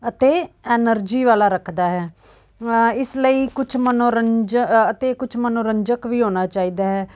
ਅਤੇ ਐਨਰਜੀ ਵਾਲਾ ਰੱਖਦਾ ਹੈ ਇਸ ਲਈ ਕੁਛ ਮਨੋਰੰਜ ਅਤੇ ਮਨੋਰੰਜਕ ਵੀ ਹੋਣਾ ਚਾਹੀਦਾ ਹੈ